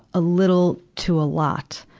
a little to a lot.